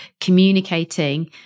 communicating